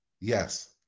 yes